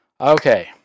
Okay